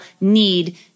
need